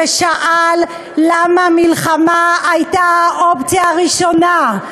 ושאל: למה המלחמה הייתה האופציה הראשונה?